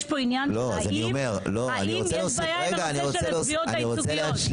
יש פה עניין האם יש בעיה עם הנושא של התביעות הייצוגיות.